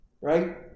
right